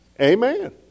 Amen